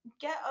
get